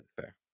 fair